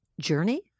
journey